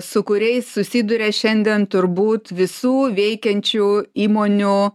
su kuriais susiduria šiandien turbūt visų veikiančių įmonių